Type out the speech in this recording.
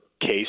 case